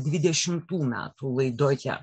dvidešimtų metų laidoje